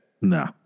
No